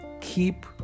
keep